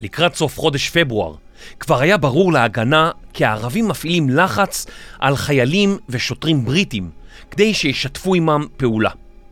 לקראת סוף חודש פברואר, כבר היה ברור להגנה כי הערבים מפעילים לחץ על חיילים ושוטרים בריטים כדי שישתפו עמם פעולה.